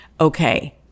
Okay